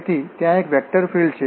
તેથી ત્યાં એક વેક્ટર ફિલ્ડ છે